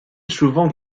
souvent